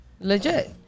Legit